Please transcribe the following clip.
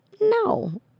No